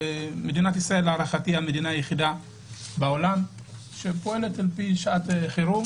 מדינת ישראל היא המדינה היחידה בעולם שפועלת על פי שעת חירום.